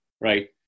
right